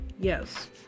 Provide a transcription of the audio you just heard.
Yes